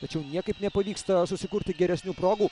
tačiau niekaip nepavyksta susikurti geresnių progų